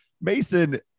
Mason